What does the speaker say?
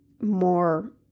more